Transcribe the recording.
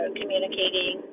communicating